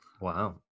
Wow